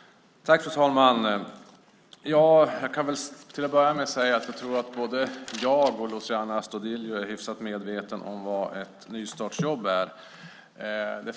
förhindrad att närvara vid sammanträdet medgav tredje vice talmannen att Lars Lilja i stället fick delta i överläggningen.